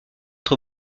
être